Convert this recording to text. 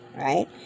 Right